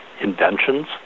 inventions